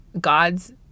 God's